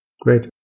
great